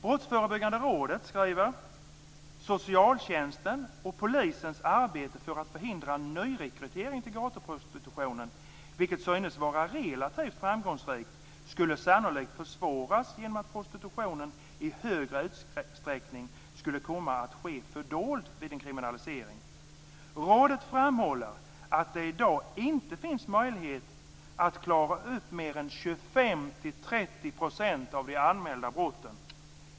Brottsförebyggande rådet skriver: Socialtjänstens och polisens arbete för att förhindra nyrekrytering till gatuprostitutionen, vilket synes vara relativt framgångsrikt, skulle sannolikt försvåras genom att prostitutionen i större utsträckning skulle komma att ske fördold vid en kriminalisering. Rådet framhåller att det i dag inte finns möjlighet att klara upp mer än 25 30 % av de anmälda brotten.